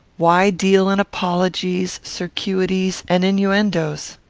why deal in apologies, circuities, and innuendoes?